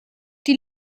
die